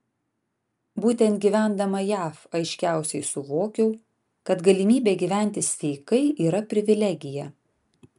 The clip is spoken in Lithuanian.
būtent gyvendama jav aiškiausiai suvokiau kad galimybė gyventi sveikai yra privilegija